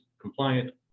compliant